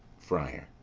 friar.